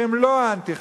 שהם לא אנטי-חרדים,